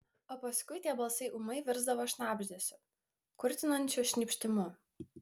o paskui tie balsai ūmai virsdavo šnabždesiu kurtinančiu šnypštimu